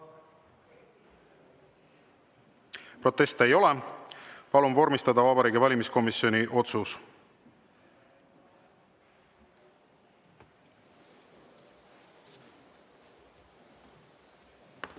Proteste ei ole. Palun vormistada Vabariigi Valimiskomisjoni otsus.